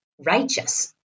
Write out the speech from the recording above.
righteous